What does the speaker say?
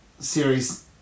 series